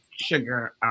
sugar